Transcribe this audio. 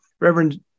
Reverend